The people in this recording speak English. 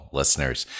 listeners